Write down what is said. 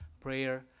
prayer